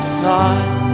thought